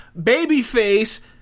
babyface